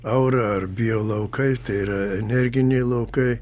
aura ar bio aukai tai yra energiniai laukai